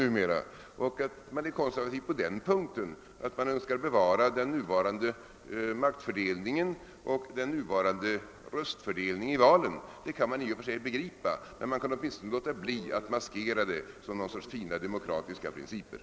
Att de är konservativa på så sätt att de önskar bevara den nuvarande maktfördelningen och röstfördel